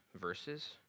verses